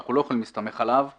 ואנחנו לא יכולים להסתמך עליו,